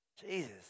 Jesus